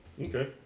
Okay